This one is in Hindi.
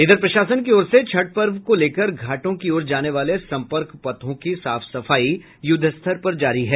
इधर प्रशासन की ओर से छठ पर्व को लेकर घाटों की ओर जाने वाले संपर्क पथों की साफ सफाई युद्धस्तर पर जारी है